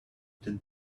that